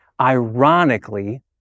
Ironically